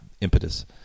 impetus